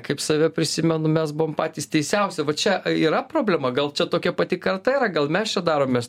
kaip save prisimenu mes patys teisiausi va čia yra problema gal čia tokia pati kalta gal mes čia daromės